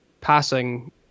passing